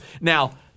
Now